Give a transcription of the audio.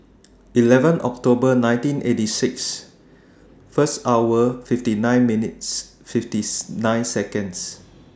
eleven October nineteen eighty six one hour fifty nine minutes fifty nine Seconds